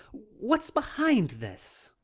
what's behind this?